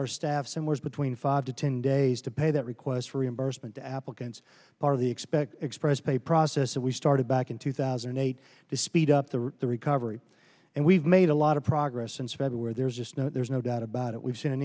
our staff somewhere between five to ten days to pay that requests for reimbursement the applicants part of the expect express pay process that we started back in two thousand and eight to speed up the recovery and we've made a lot of progress since february there's just no there's no doubt about it we've seen an